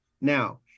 Now